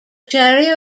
cherry